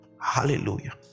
Hallelujah